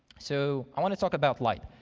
so i want to talk about light.